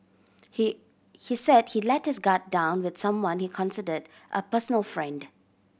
he he said he let his guard down with someone he considered a personal friend